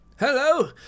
Hello